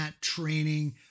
training